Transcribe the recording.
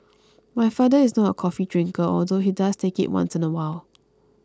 my father is not a coffee drinker although he does take it once in a while